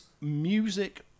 music